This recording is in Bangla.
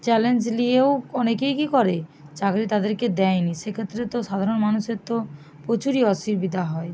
চ্যালেঞ্জ নিয়েও অনেকেই কী করে চাকরি তাদেরকে দেয় নি সেক্ষেত্রে তো সাধারণ মানুষের তো প্রচুরই অসুবিধা হয়